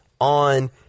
on